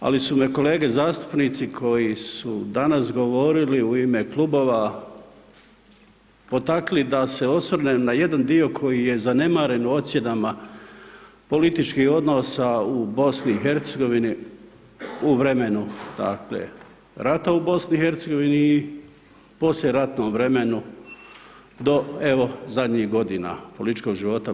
Ali su me kolege zastupnici koji su danas govorili u ime klubova potakli da se osvrnem na jedan dio koji je zanemaren ocjenama političkih odnosa u BiH u vremenu rata u BiH i poslijeratnom vremenu do, evo zadnjih godina političkog života BiH.